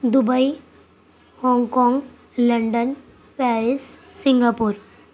Dubai Hong Kong London Paris Singapore